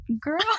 Girl